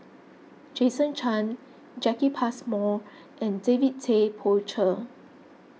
Jason Chan Jacki Passmore and David Tay Poey Cher